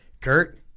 Kurt